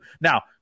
now